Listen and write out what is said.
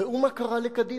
ראו מה קרה לקדימה.